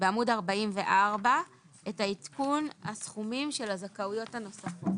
בעמוד 44 נקריא בצורה מרוכזת את עדכון הסכומים של הזכאויות הנוספות.